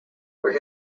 where